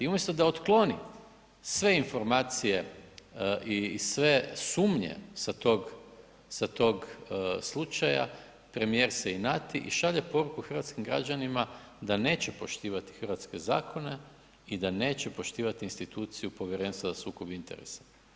I umjesto da otkloni sve informacije i sve sumnje sa tog slučaja premijer se inati i šalje poruku hrvatskim građanima da neće poštivati hrvatske zakone i da neće poštivati instituciju Povjerenstva za sukob interesa.